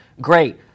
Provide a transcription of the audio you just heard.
Great